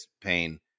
pain